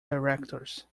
directors